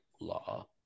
law